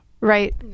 right